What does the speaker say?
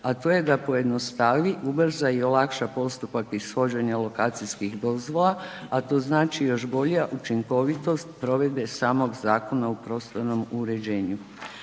a to je da pojednostavi, ubrza i olakša postupak ishođenja lokacijskih dozvola, a to znači još bolja učinkovitost provedbe samog Zakona o prostornom uređenju.